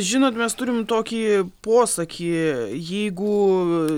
žinot mes turim tokį posakį jeigu